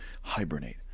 hibernate